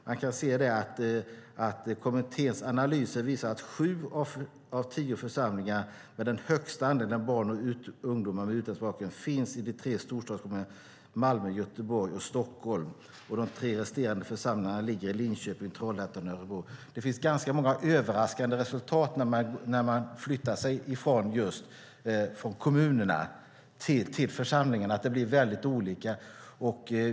Man kan se att kommitténs analyser visar att sju av de tio församlingar som har den högsta andelen barn och ungdomar med utländsk bakgrund finns i de tre storstadskommunerna Malmö, Göteborg och Stockholm. De tre resterande församlingarna ligger i Linköping, Trollhättan och Örebro. Det finns ganska många överraskande resultat när man just flyttar sig från kommunerna till församlingarna; det blir väldigt olika.